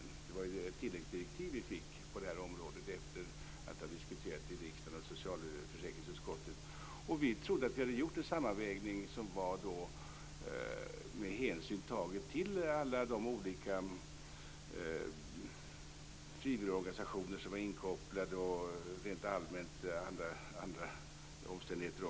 Det var ett tilläggsdirektiv som vi fick efter diskussion i riksdagen och socialförsäkringsutskottet. Vi trodde att vi hade gjort en sammanvägning där vi tog hänsyn till de olika frivillighetsorganisationer som var inkopplade och till andra allmänna omständigheter.